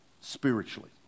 spiritually